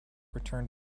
returned